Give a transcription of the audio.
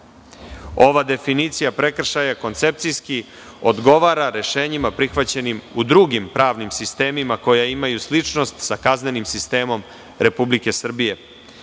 Ova definicija prekršaja koncepcijski odgovara rešenjima prihvaćenim u drugim pravnim sistemima koja imaju sličnost sa kaznenim sistemom Republike Srbije